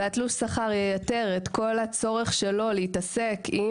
ושתלוש השכר ייתר את הצורך שלו בלהתעסק עם